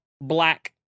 black